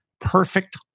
Perfect